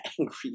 angry